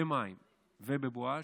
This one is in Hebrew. במים ובבואש,